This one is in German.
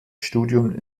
studium